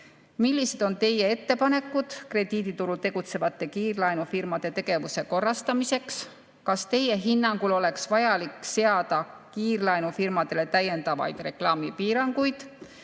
Millised on teie ettepanekud krediiditurul tegutsevate kiirlaenufirmade tegevuse korrastamiseks? Kas teie hinnangul oleks vajalik seada kiirlaenufirmadele täiendavaid reklaamipiiranguid?